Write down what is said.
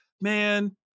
man